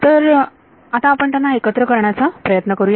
तर आता आपण त्यांना एकत्र करण्याचा प्रयत्न करूया